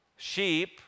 Sheep